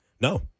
No